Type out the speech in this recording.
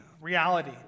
reality